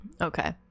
okay